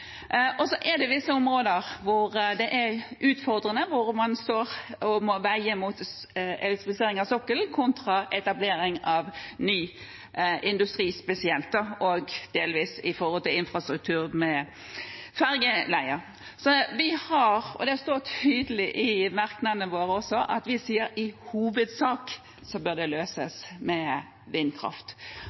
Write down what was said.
Og så er det visse områder hvor det er utfordrende, hvor man må veie elektrifisering av sokkelen opp mot etablering av ny industri spesielt, og delvis opp mot infrastruktur med ferjeleier. Så vi sier, og det står også tydelig i merknadene våre, at i hovedsak bør det løses med vindkraft.